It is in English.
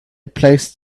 placed